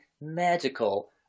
magical